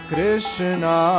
Krishna